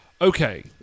Okay